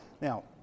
Now